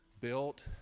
built